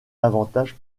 avantage